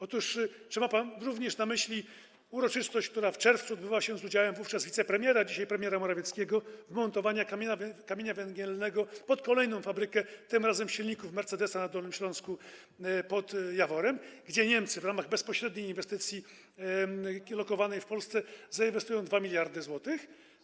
Otóż czy ma pan również na myśli uroczystość, która odbyła się w czerwcu z udziałem wówczas wicepremiera, dzisiaj premiera Morawieckiego, wmontowania kamienia węgielnego pod kolejną fabrykę, tym razem silników mercedesa, na Dolnym Śląsku pod Jaworem, gdzie Niemcy w ramach bezpośredniej inwestycji lokowanej w Polsce zainwestują 2 mld zł?